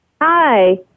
Hi